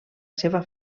seva